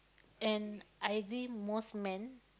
and I agree most men